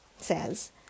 says